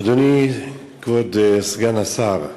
אדוני, כבוד סגן השר,